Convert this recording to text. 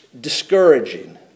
discouraging